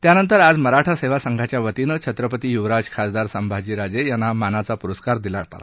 त्यानंतर आज मराठा सेवा संघाच्या वतीनं छत्रपती युवराज खासदार संभाजी राजे यांना मानाचा पुरस्कार देण्यात आला